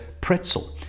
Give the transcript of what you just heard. pretzel